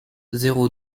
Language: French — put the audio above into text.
zéro